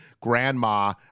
grandma